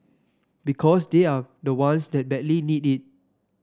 because they are the ones that badly need it